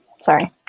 Sorry